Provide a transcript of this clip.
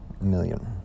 million